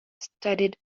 studied